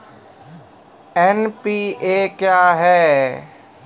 NPA क्या हैं?